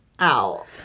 Ow